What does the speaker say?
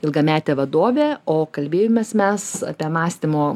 ilgametė vadovė o kalbėjomės mes apie mąstymo